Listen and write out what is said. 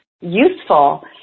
useful